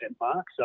mark